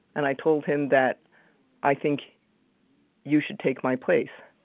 and i told him that i think you should take my place.